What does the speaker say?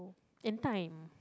and time